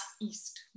east